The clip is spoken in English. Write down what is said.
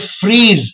freeze